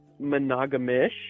monogamish